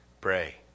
Pray